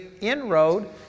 inroad